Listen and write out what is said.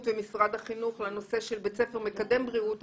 ומשרד החינוך לנושא של בית ספר מקדם בריאות.